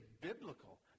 biblical